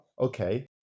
Okay